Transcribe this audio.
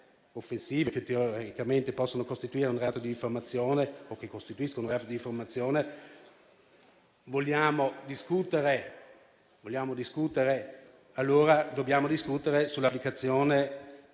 che teoricamente possono costituire un reato di diffamazione o costituiscono reato di diffamazione, allora dobbiamo discutere dell'applicazione